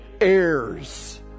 heirs